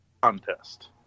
Contest